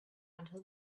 until